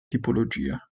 tipologia